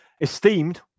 esteemed